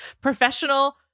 professional